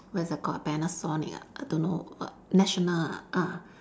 what is it called panasonic ah I don't know what national ah ah